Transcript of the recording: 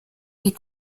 des